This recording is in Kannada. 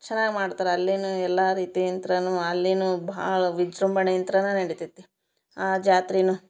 ಚೆನ್ನಾಗಿ ಮಾಡ್ತರೆ ಅಲ್ಲಿಯು ಎಲ್ಲ ರೀತಿ ಇಂದನು ಅಲ್ಲಿಯು ಭಾಳ ವಿಜೃಂಬಣೆ ಇಂದನ ನಡಿತೈತೆ ಆ ಜಾತ್ರೆನು